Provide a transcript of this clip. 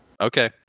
Okay